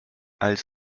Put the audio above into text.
als